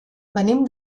venim